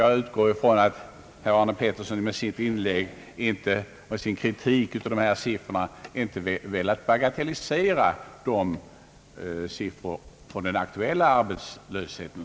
Jag utgår ifrån att herr Arne Pettersson med sin kritik av dessa siffror inte har velat bagatellisera de siffror, som föreligger om den aktuella arbetslösheten.